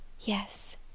Yes